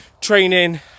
training